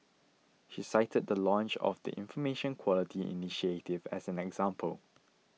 she cited the launch of the Information Quality initiative as an example